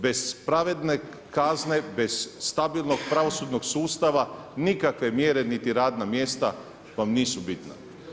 Bez pravedne kazne, bez stabilnog pravosudnog sustava nikakve mjere niti radna mjesta vam nisu bitna.